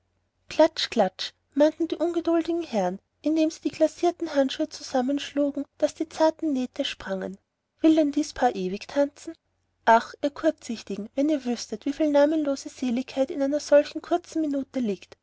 kü klatsch klatsch mahnten die ungeduldigen herren indem sie die glacierten handschuhe zusammenschlugen daß die zarten nähte sprangen will denn dies paar ewig tanzen ach ihr kurzsichtigen wenn ihr wüßtet wieviel namenlose seligkeit in einer solchen kurzen minute liegt